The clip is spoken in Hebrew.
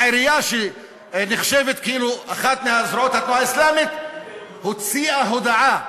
העירייה שנחשבת אחת מזרועות התנועה האסלאמית הוציאה הודעה,